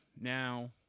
Now